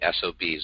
SOBs